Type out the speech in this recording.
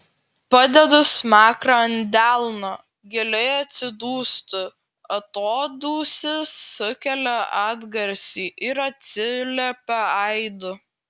padedu smakrą ant delno giliai atsidūstu atodūsis sukelia atgarsį ir atsiliepia aidu